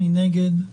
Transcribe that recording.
מי נגד?